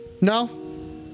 No